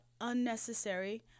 unnecessary